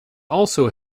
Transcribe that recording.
also